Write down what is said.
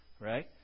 right